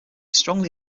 strongly